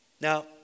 Now